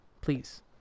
Please